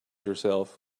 yourself